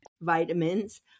vitamins